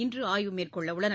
இன்று ஆய்வு மேற்கொள்ள உள்ளனர்